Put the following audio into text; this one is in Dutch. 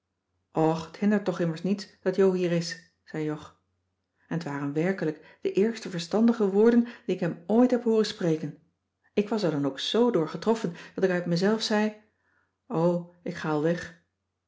och het hindert toch immers niets dat jo hier is zei jog en t waren werkelijk de eerste verstandige woorden die ik hem ooit heb hooren spreken ik was er dan ook zo door getroffen dat ik uit mezelf zei o ik ga al weg